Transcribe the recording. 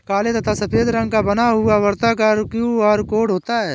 काले तथा सफेद रंग का बना हुआ वर्ताकार क्यू.आर कोड होता है